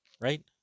right